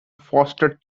foster